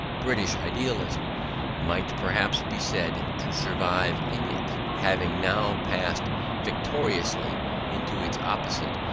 british idealism might perhaps be said to survive in it, having now passed victoriously into its opposite,